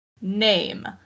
name